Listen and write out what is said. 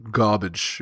garbage